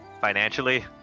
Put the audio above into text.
financially